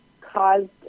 caused